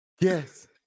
Yes